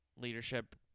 leadership